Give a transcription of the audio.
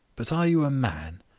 but are you a man?